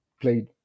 played